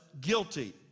guilty